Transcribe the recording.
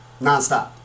nonstop